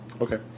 Okay